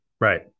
Right